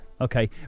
Okay